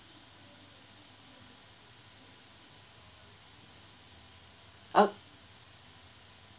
uh